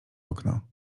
okno